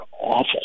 awful